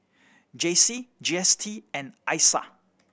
J C G S T and I S A